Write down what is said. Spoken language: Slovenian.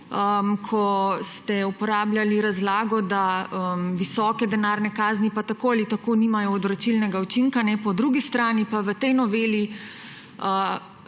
ko ste uporabljali razlago, da visoke denarne kazni pa tako ali tako nimajo odvračilnega učinka. Po drugi strani pa v tej noveli